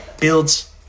builds